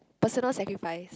personal sacrifice